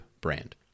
brand